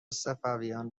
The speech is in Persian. صفویان